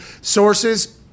sources